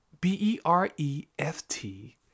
B-E-R-E-F-T